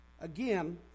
again